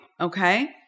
Okay